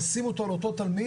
לשים את זה על אותו תלמיד,